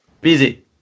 busy